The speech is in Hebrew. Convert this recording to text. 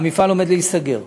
המפעל עומד להיסגר.